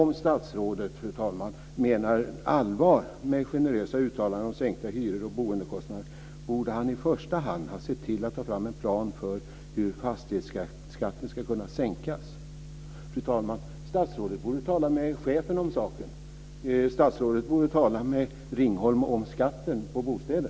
Om statsrådet, fru talman, menar allvar med generösa uttalanden om sänkta hyror och boendekostnader, borde han i första hand ha tagit fram en plan för hur fastighetsskatten ska sänkas. Fru talman! Statsrådet borde tala med chefen